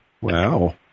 Wow